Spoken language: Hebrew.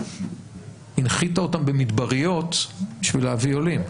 הנחיתה אותם במדבריות בשביל להביא עולים,